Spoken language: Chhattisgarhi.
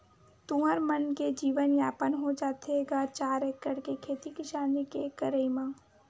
तुँहर मन के जीवन यापन हो जाथे गा चार एकड़ के खेती किसानी के करई म?